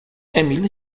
emil